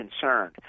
concerned